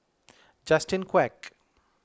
Justin Quek